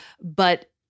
but-